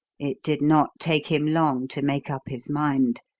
it did not take him long to make up his mind.